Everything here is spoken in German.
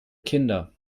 kinder